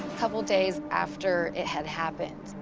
couple days after it had happened,